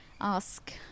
ask